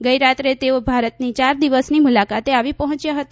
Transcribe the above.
ગઈરાત્રે તેઓ ભારતની યાર દિવસની મુલાકાતે આવી પહ્રોંચ્યા હતા